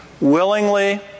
willingly